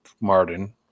Martin